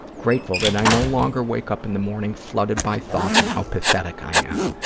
grateful that i no longer wake up in the morning flooded by thoughts of how pathetic i am,